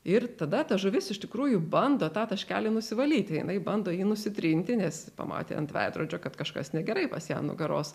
ir tada ta žuvis iš tikrųjų bando tą taškelį nusivalyti jinai bando jį nusitrinti nes pamatė ant veidrodžio kad kažkas negerai pas ją ant nugaros